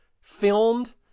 filmed